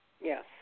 Yes